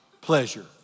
pleasure